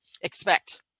Expect